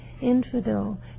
infidel